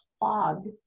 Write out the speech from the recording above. clogged